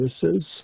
services